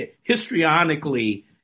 histrionically